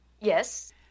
Yes